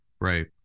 Right